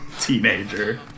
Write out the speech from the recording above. teenager